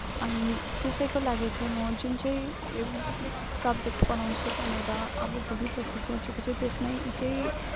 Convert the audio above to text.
अनि त्यसैको लागि चाहिँ म जुन चाहिँ सब्जेक्ट पढाउँछु भनेर अब भोलि पर्सि सोचेको छु त्यसमै त्यही